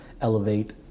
elevate